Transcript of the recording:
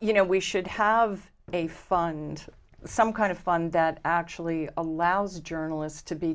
you know we should have a fund some kind of fund that actually allows journalists to be